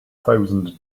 thousand